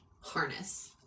harness